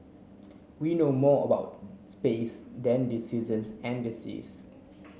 we know more about space than the seasons and the seas